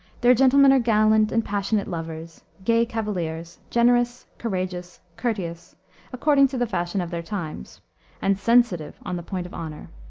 their gentlemen are gallant and passionate lovers, gay cavaliers, generous, courageous, courteous according to the fashion of their times and sensitive on the point of honor.